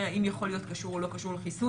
אם הוא יכול להיות קשור או לא קשור לחיסון,